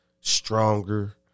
stronger